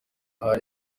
aha